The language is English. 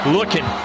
Looking